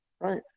right